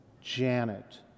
Janet